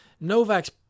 Novak's